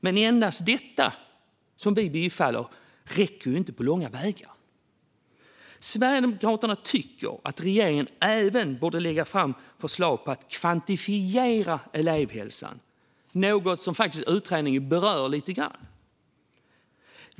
Men endast detta, som vi tillstyrker, räcker inte på långa vägar. Sverigedemokraterna tycker att regeringen även borde lägga fram förslag om att kvantifiera elevhälsan, något som utredningen berör lite grann.